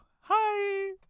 Hi